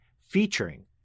featuring